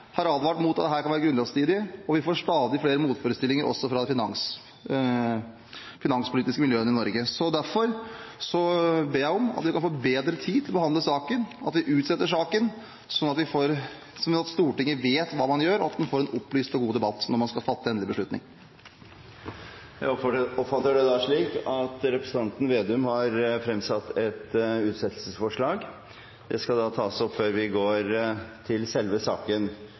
har advart mot at dette kan være grunnlovsstridig, og vi får stadig flere motforestillinger også fra de finanspolitiske miljøene i Norge. Derfor ber jeg om at vi kan få bedre tid til å behandle saken, at vi utsetter den, slik at Stortinget vet hva det gjør, og slik at vi får en opplyst og god debatt før vi skal fatte en endelig beslutning. Jeg oppfatter det slik at representanten Slagsvold Vedum har fremsatt et utsettelsesforslag. Det skal da tas opp til behandling før vi går til selve saken.